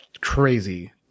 crazy